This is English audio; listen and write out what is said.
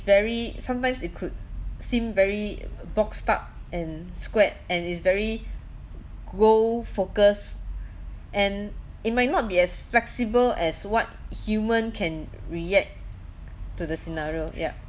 very sometimes it could seem very box stuck and squared and is very role-focused and it might not be as flexible as what human can react to the scenario yup